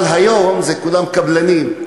אבל היום הם כולם קבלנים.